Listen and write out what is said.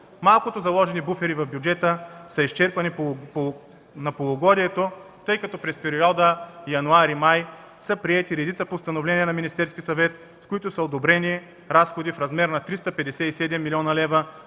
Малкото заложени буфери в бюджета са изчерпани на полугодието, тъй като през периода януари-май са приети редица постановления на Министерския съвет, в които са одобрени разходи в размер на 357 млн. лв.,